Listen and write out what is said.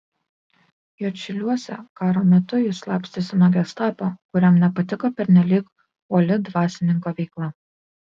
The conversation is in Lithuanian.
juodšiliuose karo metu jis slapstėsi nuo gestapo kuriam nepatiko pernelyg uoli dvasininko veikla